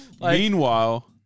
Meanwhile